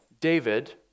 David